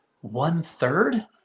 one-third